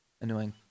annoying